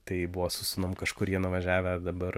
tai buvo su sūnum kažkur jie nuvažiavę dabar